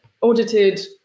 audited